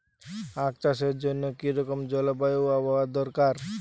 আখ চাষের জন্য কি রকম জলবায়ু ও আবহাওয়া দরকার?